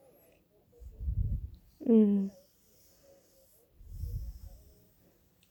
mm